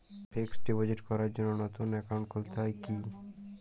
Fix deposit করার জন্য নতুন অ্যাকাউন্ট খুলতে হয় কী?